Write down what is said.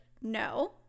no